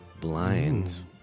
blinds